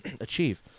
achieve